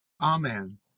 Amen